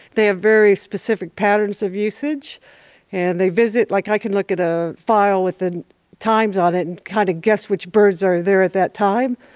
they have very specific patterns of usage and they visit, like, i can look at a file with the times on it and kind of guess which birds are there at that time.